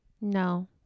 no